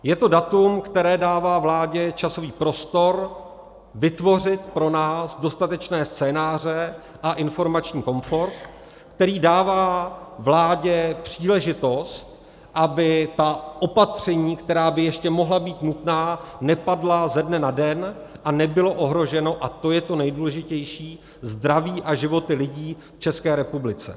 Je to datum, které dává vládě časový prostor vytvořit pro nás dostatečné scénáře a informační komfort, který dává vládě příležitost, aby ta opatření, která by ještě mohla být nutná, nepadla ze dne na den a nebylo ohroženo a to je to nejdůležitější zdraví a životy lidí v České republice.